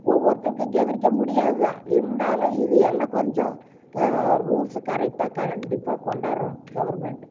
ஒவ்வொருத்தருக்கும் கவனிக்க முடியாது தான் இருந்தாலும் இது எல்லாம் கொஞ்சம் ரூல்ஸு கரெக்டாக கண்டிப்பாக கொண்டாரணும் கவர்மெண்ட்டு